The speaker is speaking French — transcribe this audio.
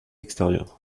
extérieures